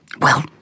Well